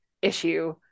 issue